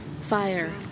fire